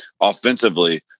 offensively